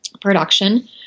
production